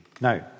Now